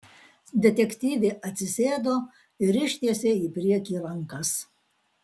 detektyvė atsisėdo ir ištiesė į priekį rankas